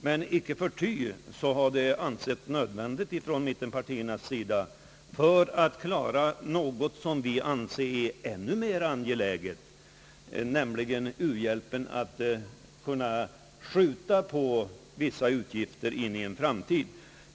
Men icke förty har det från mittenpartiernas sida ansetts nödvändigt för att man skall kunna klara något som vi anser vara ännu mera angeläget, nämligen u-hjälpen, att skjuta på vissa utgifter in i en framtid.